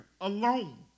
alone